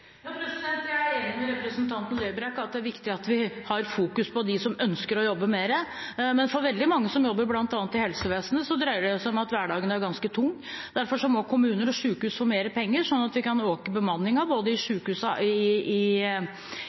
Jeg er enig med representanten Lerbrekk i at det er viktig at vi har fokus på dem som ønsker å jobbe mer, men for veldig mange som jobber bl.a. i helsevesenet, dreier det seg om at hverdagen er ganske tung. Derfor må kommuner og sykehus få mer penger, slik at de kan øke bemanningen både i hjemmetjenesten og på sykehjem i